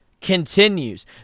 continues